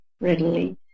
readily